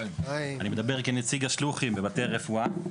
אני מדבר כנציג השלוחים בבתי הרפואה.